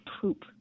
poop